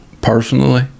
personally